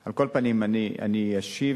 על כל פנים, אני אשיב: